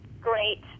Great